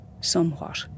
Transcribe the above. somewhat